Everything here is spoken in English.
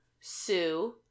Sue